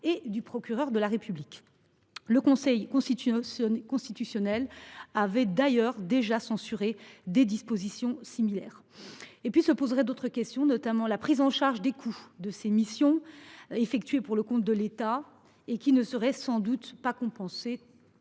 et du procureur de la République. Le Conseil constitutionnel a d’ailleurs déjà censuré des dispositions similaires. Cette proposition soulève par ailleurs d’autres questions, notamment la prise en charge des coûts de ces missions effectuées pour le compte de l’État, coûts qui ne seraient sans doute pas compensés.